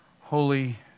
holy